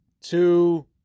two